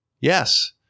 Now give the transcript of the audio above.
Yes